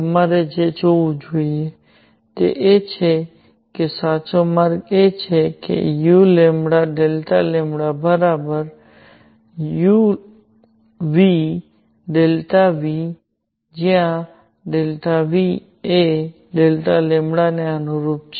તમારે જે જોવું જોઈએ તે એ છે કે સાચો માર્ગ એ છે કે uΔλuΔν જ્યાં Δν એ Δλ ને અનુરૂપ છે